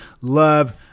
love